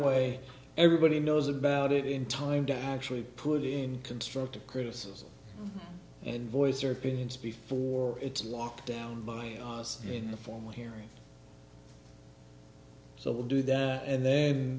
way everybody knows about it in time to actually put in constructive criticism and voice their opinions before it's locked down by us in the form of hearings so we'll do that and then